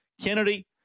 Kennedy